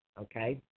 okay